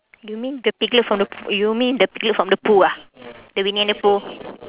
you mean the piglet from the you mean the piglet from the pooh ah the winnie and the pooh